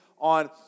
on